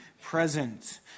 present